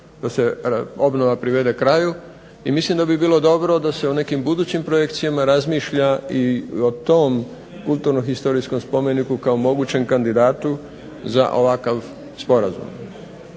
da se obnova privede kraju i mislim da bi bilo dobro da se u nekim budućim projekcijama razmišlja i o tom kulturnom historijskom spomeniku kao mogućem kandidatu za ovakav sporazum.